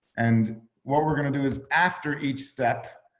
and what we're gonna do is after each step,